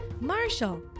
Marshall